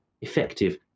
effective